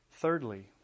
Thirdly